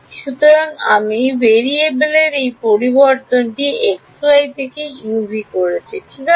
সুতরাং আমি ভ্যারিয়েবলের এই পরিবর্তনটি x y থেকে u v করছি ঠিক আছে